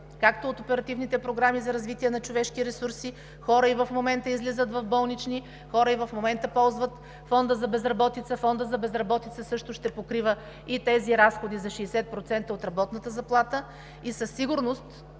както и от оперативните програми за развитие на човешки ресурси. Хората и в момента излизат в болнични, хората и в момента ползват Фонда за безработица. Фондът за безработица също ще покрива и тези разходи за 60% от работната заплата. Със сигурност,